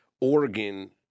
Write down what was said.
Oregon